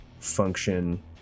function